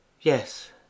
yes